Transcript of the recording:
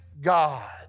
God